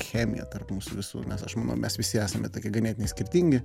chemiją tarp mūsų visų aš manau mes visi esame tokie ganėtinai skirtingi